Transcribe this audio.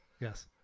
yes